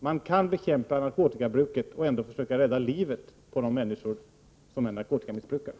Man kan bekämpa narkotikamissbruket samtidigt som man försöker rädda livet på de människor som är narkotikamissbrukare.